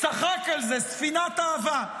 צחק על זה, "ספינת האהבה".